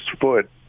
foot